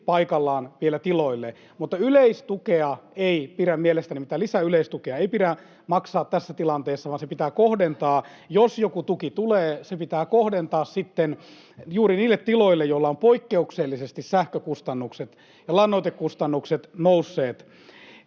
paikallaan tiloille, [Keskeltä: Missä se on?] mutta mielestäni mitään lisäyleistukea ei pidä maksaa tässä tilanteessa, vaan se pitää kohdentaa. Jos joku tuki tulee, se pitää kohdentaa sitten juuri niille tiloille, joilla poikkeuksellisesti sähkökustannukset ja lannoitekustannukset ovat nousseet.